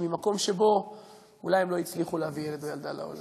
ממקום שאולי הם לא הצליחו להביא ילד או ילדה לעולם,